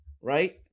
Right